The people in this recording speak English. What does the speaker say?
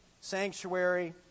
sanctuary